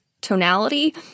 tonality